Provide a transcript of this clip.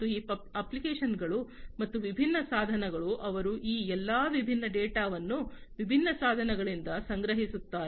ಈ ಅಪ್ಲಿಕೇಶನ್ಗಳು ಮತ್ತು ವಿಭಿನ್ನ ಸಾಧನಗಳು ಅವರು ಈ ಎಲ್ಲಾ ವಿಭಿನ್ನ ಡೇಟಾವನ್ನು ವಿಭಿನ್ನ ಸಾಧನಗಳಿಂದ ಸಂಗ್ರಹಿಸುತ್ತಾರೆ